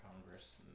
Congress